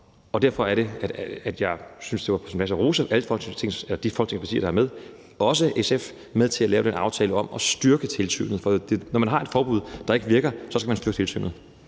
og derfor var det, at jeg syntes, det var på sin plads at rose de af Folketingets partier, der er med, også SF, til at lave den aftale om at styrke tilsynet, for når man har et forbud, der ikke virker, skal man styrke tilsynet.